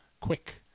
quick